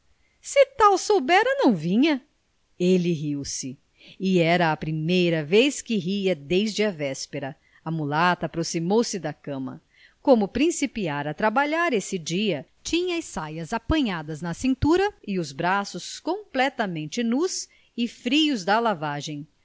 se tal soubera não vinha ele riu-se e era a primeira vez que ria desde a véspera a mulata aproximou-se da cama como principiara a trabalhar esse dia tinha as saias apanhadas na cintura e os braços completamente nus e frios da lavagem